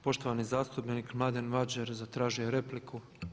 Poštovani zastupnik Mladen Mađer zatražio je repliku.